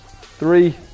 three